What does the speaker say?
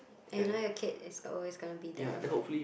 and now your kid is always gonna be there